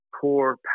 poor